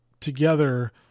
together